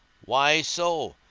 why so?